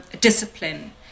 discipline